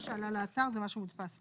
מה שעלה לאתר זה מה שהודפס פה.